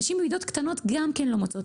נשים במידות קטנות גם כן לא מוצאות,